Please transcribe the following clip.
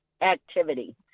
activity